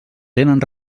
tenen